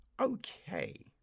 okay